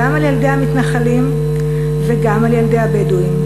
גם על ילדי המתנחלים וגם על ילדי הבדואים.